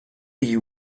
you